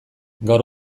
gaur